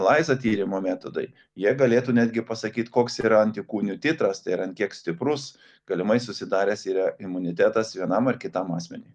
laiza tyrimo metodai jie galėtų netgi pasakyt koks yra antikūnų titras tai yra ant kiek stiprus galimai susidaręs yra imunitetas vienam ar kitam asmeniui